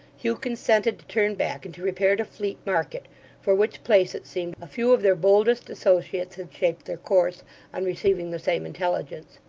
hugh consented to turn back and to repair to fleet market for which place, it seemed, a few of their boldest associates had shaped their course, on receiving the same intelligence.